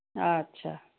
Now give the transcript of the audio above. ଆଚ୍ଛା